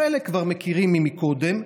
חלק כבר מכירים מקודם,